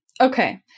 Okay